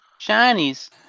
Shinies